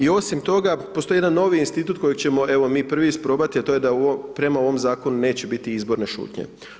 I osim toga, postoji jedan novi institut koji ćemo evo mi prvi isprobati, a to je da prema ovom zakonu neće biti izborne šutnje.